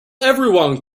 everyone